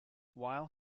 while